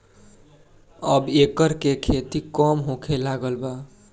अब एकर खेती कम होखे लागल बा